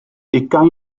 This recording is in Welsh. ugain